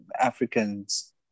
Africans